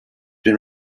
been